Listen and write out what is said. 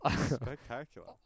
spectacular